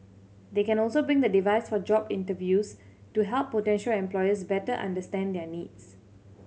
they can also bring the device for job interviews to help potential employers better understand their needs